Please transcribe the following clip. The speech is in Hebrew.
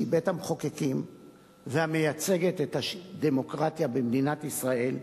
שהיא בית-המחוקקים והמייצגת את הדמוקרטיה במדינת ישראל,